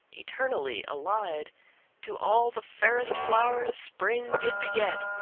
eternally allied to all the fairest flowers spring did beget.